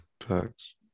Thanks